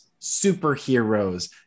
superheroes